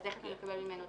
איך אתה מקבל ממנו דרישות?